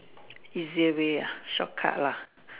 easier way lah short cut lah